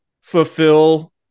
fulfill